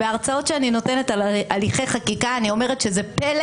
בהרצאות שאני נותנת על הליכי חקיקה אני אומרת שזה פלא